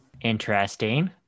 interesting